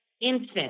infant